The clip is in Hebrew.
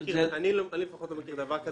אני לפחות לא מכיר דבר כזה.